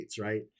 Right